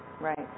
right